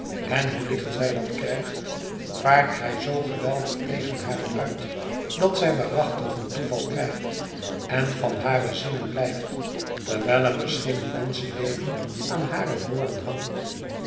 en hoe licht zij dat krijgt vaart gij zoo geweldig tegen haar uit dat zij waarachtig een toeval krijgt en van hare zinnen blijft terwijl er misschien een menschenleven aan hare woorden hangt